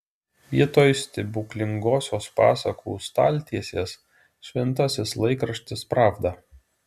vietoj stebuklingosios pasakų staltiesės šventasis laikraštis pravda